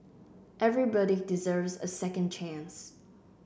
everybody deserves a second chance